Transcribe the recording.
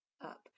up